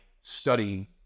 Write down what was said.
studying